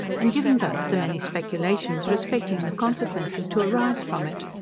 and given birth to many speculations, respecting the consequences to arise from it.